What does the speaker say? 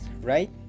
right